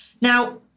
Now